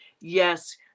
yes